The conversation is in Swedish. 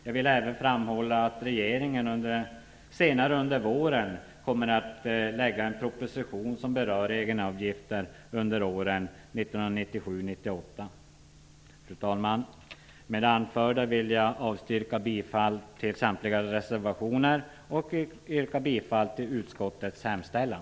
Jag vill även framhålla att regeringen senare under våren kommer att lägga fram en proposition som berör egenavgifterna under åren 1997 och 1998. Fru talman! Med det anförda vill jag avstyrka bifall till samtliga reservationer och yrka bifall till utskottets hemställan.